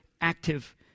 active